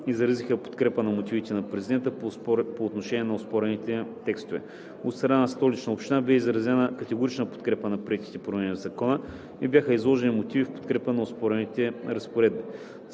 изразиха подкрепа на мотивите на президента по отношение на оспорените текстове. От страна на Столичната община бе изразена категорична подкрепа на приетите промени в Закона и бяха изложени мотиви в подкрепа на оспорените разпоредби.